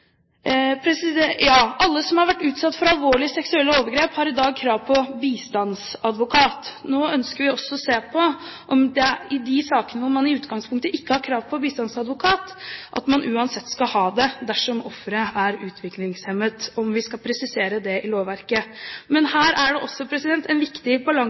Alle som har vært utsatt for alvorlige seksuelle overgrep, har i dag krav på bistandsadvokat. Nå ønsker vi også å se på om vi skal presisere i lovverket at man i de sakene hvor man i utgangspunktet ikke har krav på bistandsadvokat, uansett skal ha det dersom offeret er utviklingshemmet. Men her er det en viktig balansegang. Det er viktig